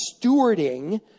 stewarding